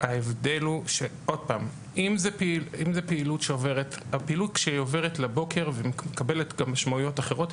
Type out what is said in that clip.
עוד פעם: כשהפעילות עוברת לבוקר ומקבלת גם משמעויות אחרות,